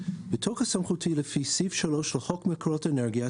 בתוקף סמכותי לפי סעיף 3 לחוק מקורות אנרגיה,